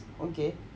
okay